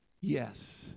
yes